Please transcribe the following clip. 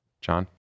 John